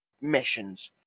missions